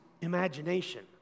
imagination